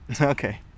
Okay